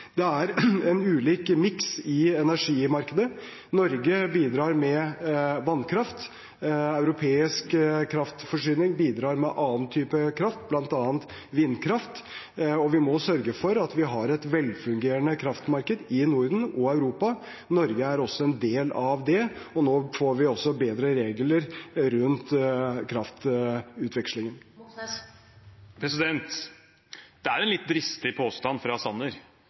Det er en ulik miks i energimarkedet. Norge bidrar med vannkraft. Europeisk kraftforsyning bidrar med annen type kraft, bl.a. vindkraft. Vi må sørge for at vi har et velfungerende kraftmarked i Norden og i Europa. Norge er også en del av det, og nå får vi også bedre regler rundt kraftutvekslingen. Det er en litt dristig påstand fra Sanner